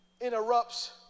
interrupts